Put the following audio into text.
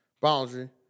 Boundary